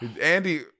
andy